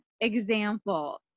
example